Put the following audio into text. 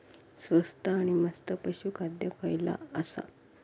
स्वस्त आणि मस्त पशू खाद्य खयला आसा?